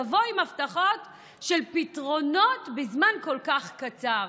לבוא עם הבטחות לפתרונות בזמן כל כך קצר.